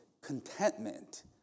contentment